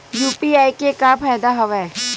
UPI के का फ़ायदा हवय?